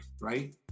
right